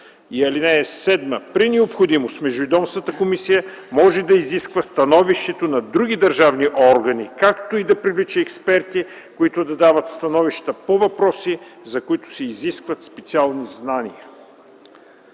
6 месеца. (7) При необходимост Междуведомствената комисия може да изисква становище на други държавни органи, както и да привлича експерти, които да дават становища по въпроси, за които се изискват специални знания.”